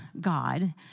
God